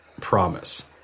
promise